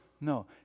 no